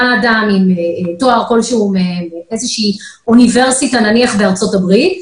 בא אדם עם תואר כלשהו מאיזושהי אוניברסיטה נניח בארצות הברית,